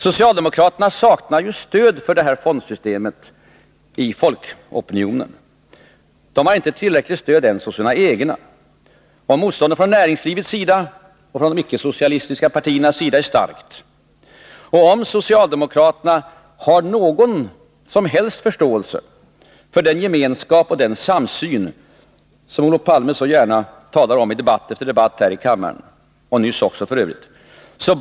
Socialdemokraterna saknar ju stöd för fondsystemet i folkopinionen. De har inte tillräckligt stöd ens hos sina egna. Motståndet från näringslivets sida och från de icke-socialistiska partiernas sida är starkt. Om socialdemokraterna har någon som helst förståelse för den gemenskap och den samsyn som Olof Palme så gärna talar om i debatt efter debatt här i kammaren — nyss också f. ö.